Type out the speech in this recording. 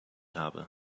habe